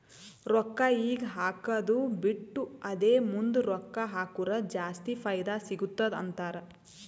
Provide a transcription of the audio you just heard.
ರೊಕ್ಕಾ ಈಗ ಹಾಕ್ಕದು ಬಿಟ್ಟು ಅದೇ ಮುಂದ್ ರೊಕ್ಕಾ ಹಕುರ್ ಜಾಸ್ತಿ ಫೈದಾ ಸಿಗತ್ತುದ ಅಂತಾರ್